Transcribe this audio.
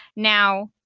now,